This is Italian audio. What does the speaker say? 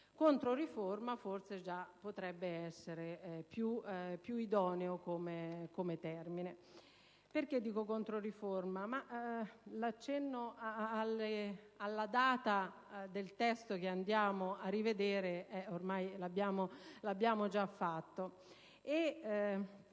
controriforma forse già potrebbe essere più idoneo come termine. Perché dico controriforma? L'accenno alla data del testo che andiamo a rivedere ormai lo abbiamo già fatto.